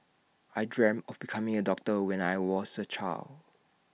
I dreamt of becoming A doctor when I was A child